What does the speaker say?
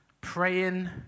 Praying